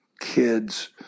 kids